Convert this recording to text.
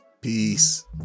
peace